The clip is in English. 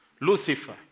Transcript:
Lucifer